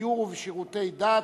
בגיור ובשירותי הדת,